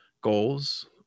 goals